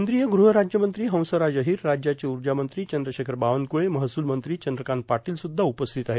केंद्रीय गृह राज्यमंत्री हंसराज अहिर राज्याचे ऊर्जामंत्री चंद्रशेखर बावनक्ठे महसूलमंत्री चंद्रकांत पाटील उपस्थित आहेत